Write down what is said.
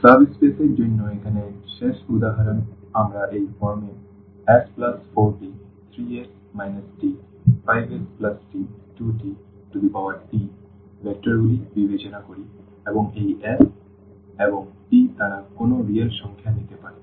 sub space এর জন্য এখানে শেষ উদাহরণ আমরা এই ফর্মের s4t3s t5st2tT ভেক্টরগুলি বিবেচনা করি এবং এই s এবং t তারা কোনও রিয়েল সংখ্যা নিতে পারে